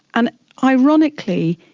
and ironically,